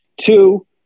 Two